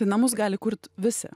tai namus gali kurt visi